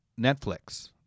Netflix